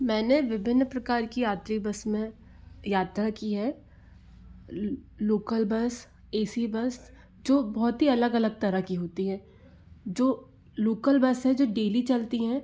मैंने विभिन्न प्रकार की यात्री बस में यात्रा की है local bus A C bus जो बहुत ही अलग अलग तरह की होती है जो लोकल बस है जो डेली चलती है